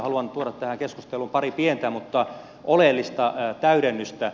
haluan tuoda tähän keskusteluun pari pientä mutta oleellista täydennystä